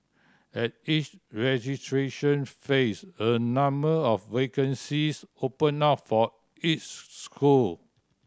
at each registration phase a number of vacancies open up for each school